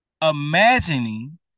Imagining